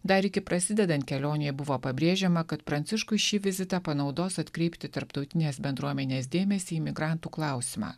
dar iki prasidedant kelionei buvo pabrėžiama kad pranciškus šį vizitą panaudos atkreipti tarptautinės bendruomenės dėmesį į migrantų klausimą